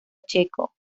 checo